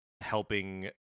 helping